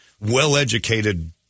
well-educated